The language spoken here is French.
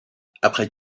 après